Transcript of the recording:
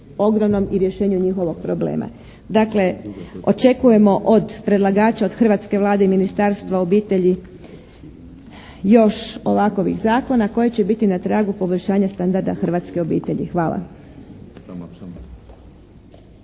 i rješenju njihovog problema. Dakle, očekujemo od predlagača, od hrvatske Vlade i Ministarstva obitelji još ovakovih zakona koji će biti na tragu poboljšanja standarda hrvatske obitelji. Hvala.